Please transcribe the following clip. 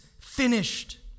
finished